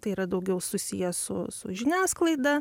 tai yra daugiau susiję su su žiniasklaida